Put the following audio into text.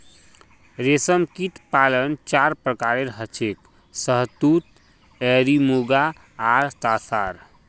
रेशमकीट पालन चार प्रकारेर हछेक शहतूत एरी मुगा आर तासार